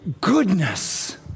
goodness